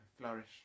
flourish